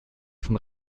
von